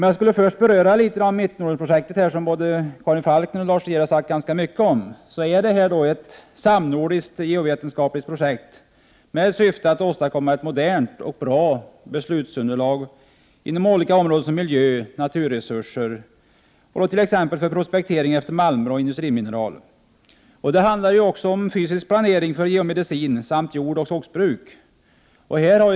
Jag skall börja med att ta upp Mittnordenprojektet, vilket Karin Falkmer och Lars De Geer har talat ganska mycket om. Mittnordenprojektet är ett samnordiskt geovetenskapligt projekt med syfte att åstadkomma ett modernt och bra beslutsunderlag för användning inom bl.a. miljöområdet och naturresursområdet — t.ex. för prospektering efter malmer och industrimineral— fysisk planering, jordoch skogsbruk samt geomedicin.